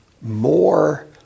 more